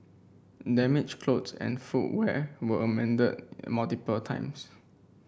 damaged clothes and footwear were mended multiple times